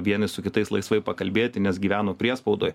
vieni su kitais laisvai pakalbėti nes gyveno priespaudoj